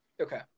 Okay